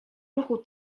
ruchu